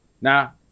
Now